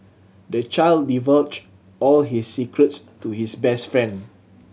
the child divulged all his secrets to his best friend